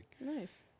Nice